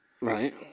Right